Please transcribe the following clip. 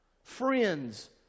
friends